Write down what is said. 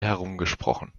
herumgesprochen